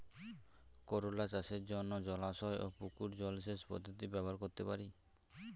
করোলা চাষের জন্য জলাশয় ও পুকুর জলসেচ পদ্ধতি ব্যবহার করতে পারি?